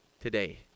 today